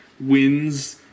wins